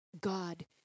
God